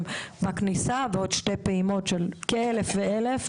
בכניסה ועוד שתי פעימות של כ-1,000 ו-1,000.